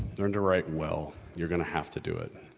learn to write well. you're gonna have to do it.